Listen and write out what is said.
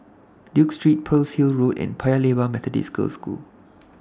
Duke Street Pearl's Hill Road and Paya Lebar Methodist Girls' School